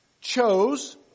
chose